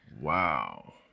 Wow